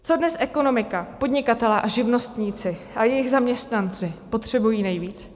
Co dnes ekonomika, podnikatelé a živnostníci a jejich zaměstnanci potřebují nejvíc?